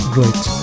Great